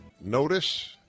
Notice